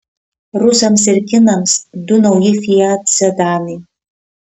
rusams ir kinams du nauji fiat sedanai